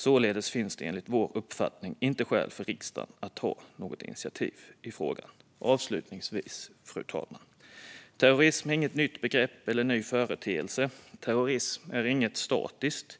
Således finns det enligt vår uppfattning inte skäl för riksdagen att ta något initiativ i frågan. Avslutningsvis, fru talman: Terrorism är inget nytt begrepp eller en ny företeelse. Terrorism är inget statiskt.